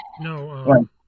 No